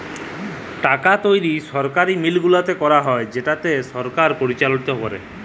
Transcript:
টাকা তৈরি সরকারি মিল্ট গুলাতে ক্যারা হ্যয় যেটকে সরকার পরিচালিত ক্যরে